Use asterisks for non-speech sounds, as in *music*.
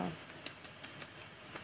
*noise* *noise* *noise* *noise* *noise* *noise* *noise*